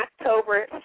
October